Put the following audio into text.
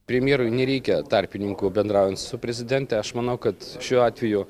premjerui nereikia tarpininkų bendraujant su prezidente aš manau kad šiuo atveju